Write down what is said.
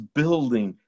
building